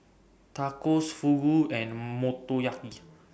Tacos Fugu and Motoyaki